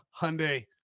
Hyundai